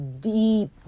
deep